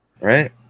Right